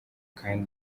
kandi